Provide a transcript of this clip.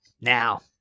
Now